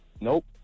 Nope